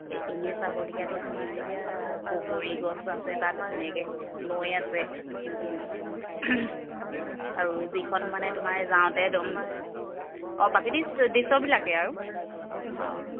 এই এনেই চাবলগীয়াতো তোমাৰ এতিয়া বগৰী গছ আছে তাত ধুনীয়াকৈ নৈ আছে আৰু যিখন মানে তোমাৰ যাওঁত একদম অঁ বাকী প্ৰাকৃতিক দৃশ্যবিলাকেই আৰু অঁ